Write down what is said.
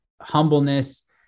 humbleness